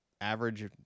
average